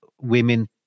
women